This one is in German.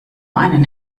einen